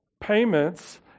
payments